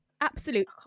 Absolute